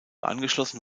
angeschlossen